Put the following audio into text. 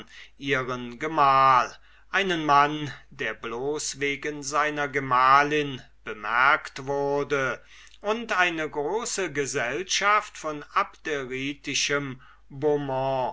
ihren gemahl einen mann der bloß durch seine gemahlin merkwürdig wurde und eine große gesellschaft von abderitischem